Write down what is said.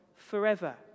forever